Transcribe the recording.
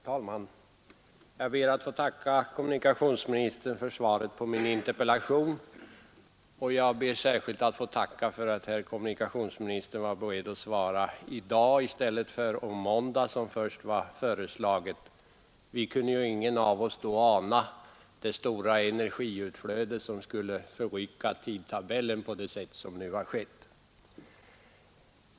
Herr talman! Jag ber att få tacka kommunikationsministern för svaret på min interpellation. Jag ber särskilt att få tacka för att kommunikationsministern var beredd att svara i dag i stället för på måndag, som först var föreslaget. Vi kunde ju ingen av oss då ana det stora energiutflöde som skulle förrycka tidtabellen på det sätt som nu har skett.